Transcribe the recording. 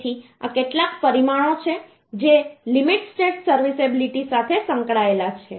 તેથી આ કેટલાક પરિમાણો છે જે લિમિટ સ્ટેટ સર્વિસિબિલિટી સાથે સંકળાયેલા છે